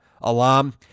alarm